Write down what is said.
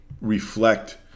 reflect